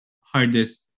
hardest